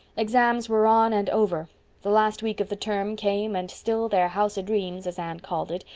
exams were on and over the last week of the term came and still their house o'dreams, as anne called it,